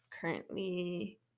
currently